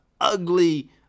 ugly